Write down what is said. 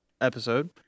episode